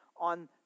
on